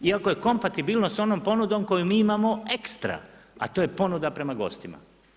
I ako je kompatibilnost onom ponudom koju mi imamo ekstra a to je ponuda prema gostima.